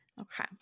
Okay